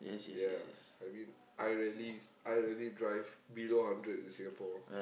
ya I mean I rarely I rarely drive below hundred in Singapore